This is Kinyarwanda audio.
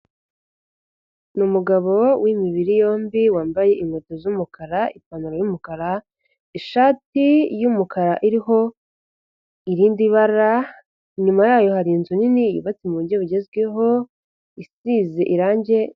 Ni umugabo w'imibiri yombi wambaye inkweto z'umukara, ipantaro y'umukara, ishati y'umukara iriho irindi bara, inyuma yayo hari inzu nini yubatse mu buryo bugezweho isize irange.